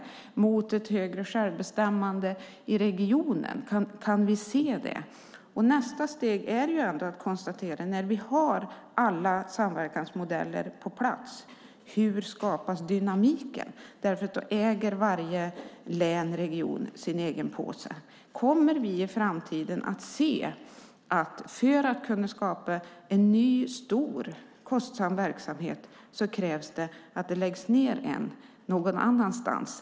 Handlar det om ett högre självbestämmande i regionen? Kan vi se det? Jag kan konstatera att nästa steg, när vi har alla samverkansmodeller på plats, är att fråga hur dynamiken skapas därför att då äger varje län och region sin egen påse. Kommer vi i framtiden att se att det för att man ska kunna skapa en ny stor kostsam verksamhet krävs att en läggs ned någon annanstans?